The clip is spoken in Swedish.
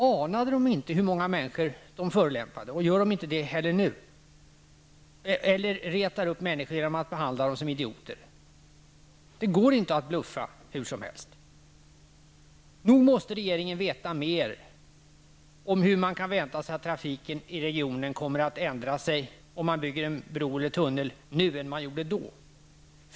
Anade inte regeringen hur många människor den förolämpade -- gör man det inte heller nu -- eller att man retade upp människor genom att behandla dem som idioter? Det går inte att bluffa hur som helst. Nog måste regeringen veta mer om hur man kan vänta sig att trafiken i regionen kommer att ändra sig om man bygger en bro eller en tunnel.